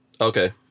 Okay